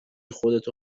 خودتو